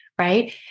Right